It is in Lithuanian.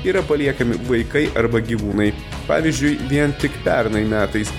yra paliekami vaikai arba gyvūnai pavyzdžiui vien tik pernai metais